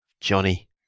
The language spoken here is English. Johnny